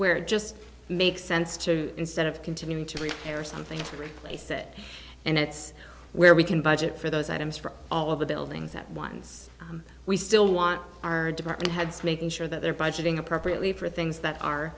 where it just makes sense to instead of continuing to read or something to replace it and that's where we can budget for those items for all of the buildings at once we still want our department heads making sure that they're budgeting appropriately for things that are